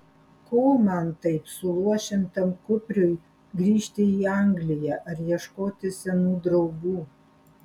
ko man taip suluošintam kupriui grįžti į angliją ar ieškoti senų draugų